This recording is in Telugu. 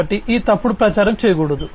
కాబట్టి ఈ తప్పుడు ప్రచారం చేయకూడదు